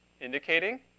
indicating